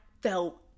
felt